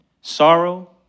sorrow